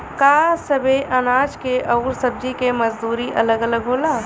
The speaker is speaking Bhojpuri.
का सबे अनाज के अउर सब्ज़ी के मजदूरी अलग अलग होला?